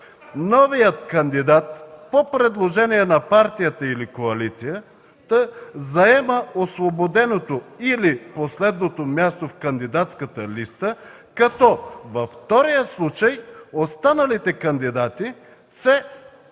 „Новият кандидат по предложение на партията или коалицията заема освободеното или последното място в кандидатската листа, като във втория случай останалите кандидати се преподреждат